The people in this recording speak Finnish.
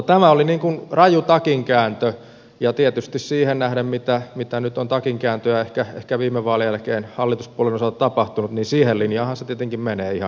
tämä oli raju takinkääntö ja tietysti siihen nähden mitä nyt on takinkääntöä ehkä viime vaalien jälkeen hallituspuolueiden osalta tapahtunut niin siihen linjaanhan se tietenkin menee ihan nappiin